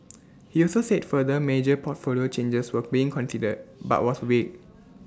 he also said further major portfolio changes were being considered but was vague